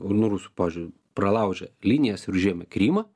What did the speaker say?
nuo rusų pavyzdžiui pralaužę linijas ir užėmę krymą